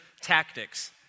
tactics